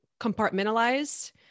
compartmentalize